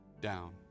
down